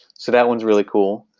so that one's really cool.